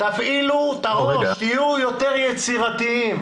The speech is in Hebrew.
תפעילו את הראש, תהיו יותר יצירתיים.